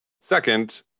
Second